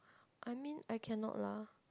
I mean I cannot lah